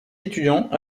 étudiants